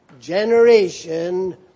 generation